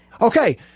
Okay